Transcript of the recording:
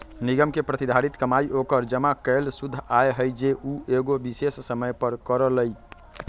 निगम के प्रतिधारित कमाई ओकर जमा कैल शुद्ध आय हई जे उ एगो विशेष समय पर करअ लई